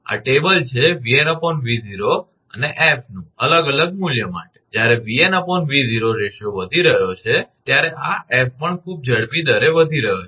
જ્યારે 𝑉𝑛 𝑉0 રેશિયો વધી રહ્યો છે ત્યારે આ 𝐹 પણ ખૂબ ઝડપી દરે વધી રહ્યો છે